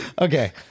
Okay